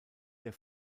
der